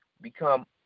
become